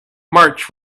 march